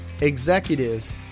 executives